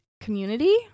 Community